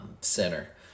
center